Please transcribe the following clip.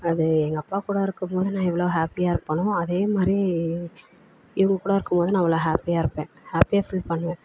அது எங்கள் அப்பா கூட இருக்கும்போது நான் எவ்வளோ ஹேப்பியாக இருப்பேனோ அதேமாதிரி இவங்க கூட இருக்கும் போதும் நான் அவ்வளோ ஹேப்பியாக இருப்பேன் ஹேப்பியாக ஃபீல் பண்ணுவேன்